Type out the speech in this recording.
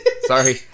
Sorry